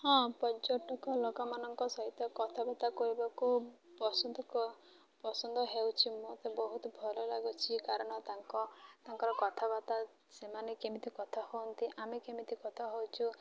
ହଁ ପର୍ଯ୍ୟଟକ ଲୋକମାନଙ୍କ ସହିତ କଥାବାର୍ତ୍ତା କରିବାକୁ ପସନ୍ଦ ପସନ୍ଦ ହେଉଛି ମୋତେ ବହୁତ ଭଲ ଲାଗୁଛି କାରଣ ତାଙ୍କ ତାଙ୍କର କଥାବାର୍ତ୍ତା ସେମାନେ କେମିତି କଥା ହୁଅନ୍ତି ଆମେ କେମିତି କଥା ହେଉଛୁ